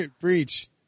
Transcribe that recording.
breach